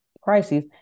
crises